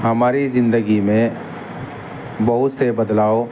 ہماری زندگی میں بہت سے بدلاؤ